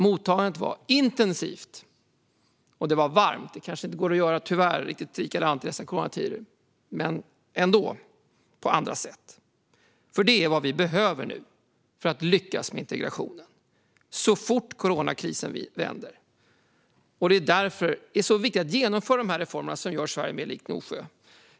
Mottagandet var intensivt och varmt. Tyvärr går det kanske inte att göra riktigt likadant i dessa coronatider. Men vi behöver något liknande för att lyckas med integrationen så fort coronakrisen vänder. Därför är det viktigt att genomföra de reformer som gör Sverige mer likt Gnosjö.